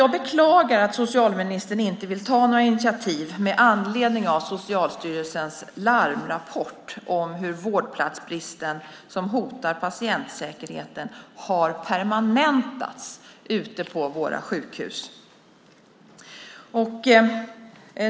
Jag beklagar att socialministern inte vill ta några initiativ med anledning av Socialstyrelsens larmrapport om hur vårdplatsbristen, som hotar patientsäkerheten, har permanentats ute på våra sjukhus.